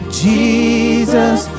jesus